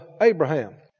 Abraham